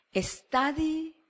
Study